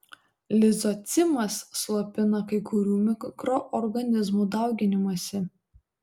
lizocimas slopina kai kurių mikroorganizmų dauginimąsi